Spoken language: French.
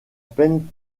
peine